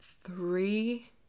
three